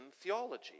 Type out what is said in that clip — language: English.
theology